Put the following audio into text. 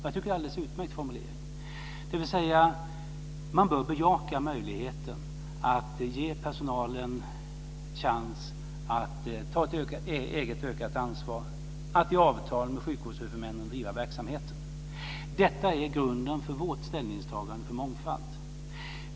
Jag tycker att det är en utmärkt formulering. Man bör alltså bejaka möjligheten att ge personalen chans att ta ett eget ökat ansvar, att i avtal med sjukvårdshuvudmännen driva verksamheten. Detta är grunden för vårt ställningstagande för mångfald.